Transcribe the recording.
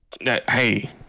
Hey